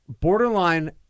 borderline